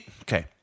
Okay